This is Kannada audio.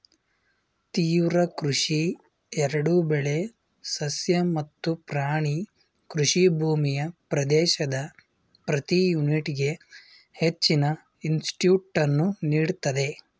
ತೀವ್ರ ಕೃಷಿ ಎರಡೂ ಬೆಳೆ ಸಸ್ಯ ಮತ್ತು ಪ್ರಾಣಿ ಕೃಷಿ ಭೂಮಿಯ ಪ್ರದೇಶದ ಪ್ರತಿ ಯೂನಿಟ್ಗೆ ಹೆಚ್ಚಿನ ಇನ್ಪುಟನ್ನು ನೀಡ್ತದೆ